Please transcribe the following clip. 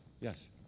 Yes